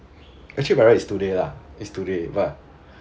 actually by right is today lah is today but